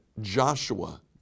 Joshua